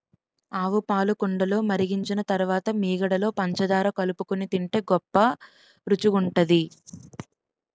ఆవుపాలు కుండలో మరిగించిన తరువాత మీగడలో పంచదార కలుపుకొని తింటే గొప్ప రుచిగుంటది